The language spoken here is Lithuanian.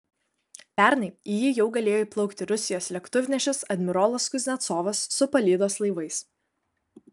pernai į jį jau galėjo įplaukti rusijos lėktuvnešis admirolas kuznecovas su palydos laivais